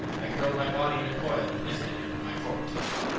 i curled my body in a coil and hissed at him with my forked tongue.